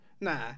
nah